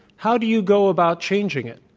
how do you go about changing it?